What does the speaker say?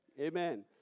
amen